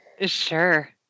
Sure